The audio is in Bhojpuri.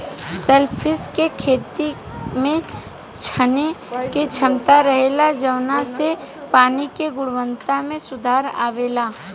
शेलफिश के खेती में छाने के क्षमता रहेला जवना से पानी के गुणवक्ता में सुधार अवेला